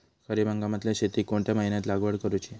खरीप हंगामातल्या शेतीक कोणत्या महिन्यात लागवड करूची?